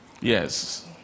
Yes